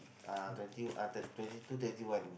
uh twenty uh thirt~ twenty two twenty one